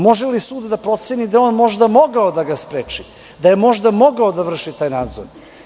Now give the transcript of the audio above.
Može li sud da proceni da je on možda mogao da ga spreči, da je možda mogao da vrši taj nadzor?